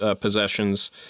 possessions